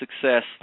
success